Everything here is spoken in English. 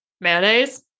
mayonnaise